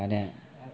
ya